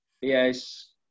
yes